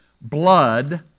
blood